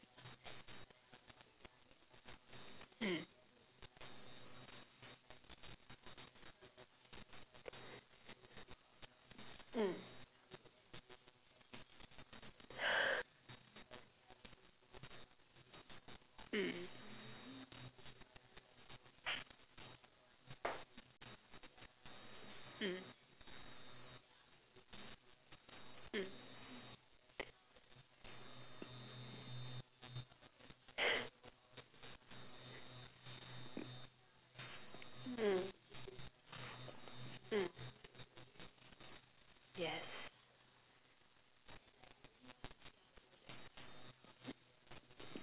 mm mm mm mm mm mm mm yes